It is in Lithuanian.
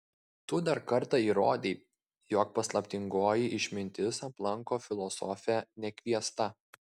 tu dar kartą įrodei jog paslaptingoji išmintis aplanko filosofę nekviesta